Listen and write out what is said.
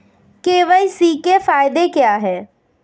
KYC के फायदे क्या है?